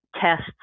tests